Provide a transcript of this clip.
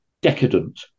decadent